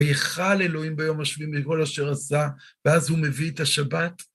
ויכל אלוהים ביום השביעי מכל אשר עשה, ואז הוא מביא את השבת.